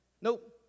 Nope